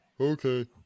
Okay